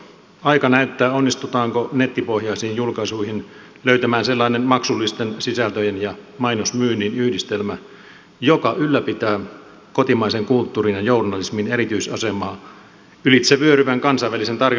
aika näyttää onnistutaanko nettipohjaisiin julkaisuihin löytämään sellainen maksullisten sisältöjen ja mainosmyynnin yhdistelmä joka ylläpitää kotimaisen kulttuurin ja journalismin erityisasemaa ylitsevyöryvän kansainvälisen tarjonnan paineessa